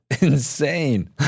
insane